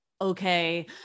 okay